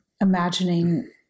imagining